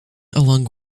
along